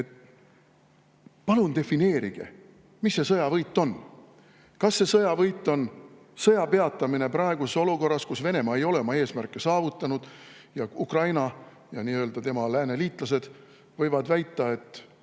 Palun defineerige, mis see sõja võit on! Kas sõja võit on sõja peatamine praeguses olukorras, kus Venemaa ei ole oma eesmärke saavutanud, ja Ukraina ja tema lääneliitlased võivad väita, et